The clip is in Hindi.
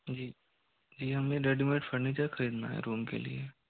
जी जी हमें रेडीमेड फर्नीचर खरीदना है रूम के लिए